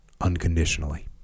unconditionally